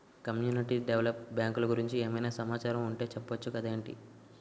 community develop బ్యాంకులు గురించి ఏమైనా సమాచారం ఉంటె చెప్పొచ్చు కదేటి